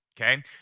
Okay